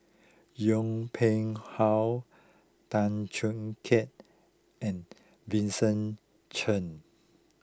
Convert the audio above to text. Yong Pung How Tan Choo Kai and Vincent Cheng